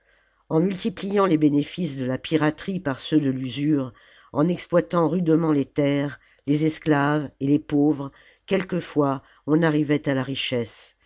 en muhiphant les bénéfices de la piraterie par ceux de l'usure en exploitant rudement les terres les esclaves et les pauvres quelquefois on arrivait à la richesse